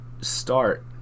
start